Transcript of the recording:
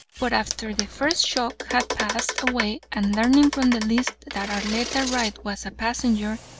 but after the first shock had passed away, and learning from the list that arletta wright was a passenger,